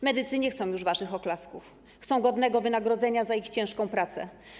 Medycy nie chcą już waszych oklasków, chcą godnego wynagrodzenia za swoją ciężką pracę.